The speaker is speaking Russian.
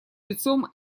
лицом